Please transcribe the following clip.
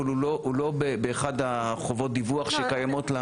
אבל הוא לא באחת מחובות הדיווח שקיימות.